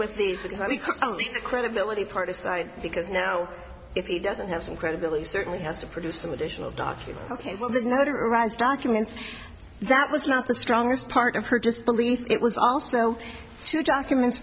with the credibility part aside because now if he doesn't have some credibility certainly has to produce some additional documents ok well the notarized documents that was not the strongest part of her just believe it was also two documents